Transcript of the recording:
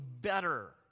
better